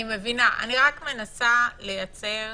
אני רק מנסה לייצר